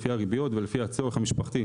לפי הריביות ולפי הצורך המשפחתי,